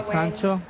Sancho